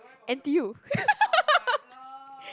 N_T_U